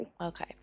Okay